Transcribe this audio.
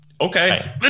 okay